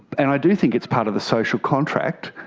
and i do think it's part of the social contract,